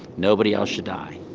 nobody else should die.